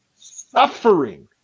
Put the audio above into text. suffering